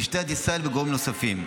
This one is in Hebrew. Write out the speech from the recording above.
משטרת ישראל וגורמים נוספים.